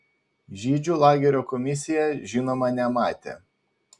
žydžių lagerio komisija žinoma nematė